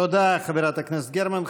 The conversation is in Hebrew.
תודה, חברת הכנסת גרמן.